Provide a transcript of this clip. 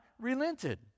relented